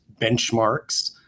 benchmarks